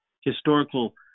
historical